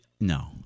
no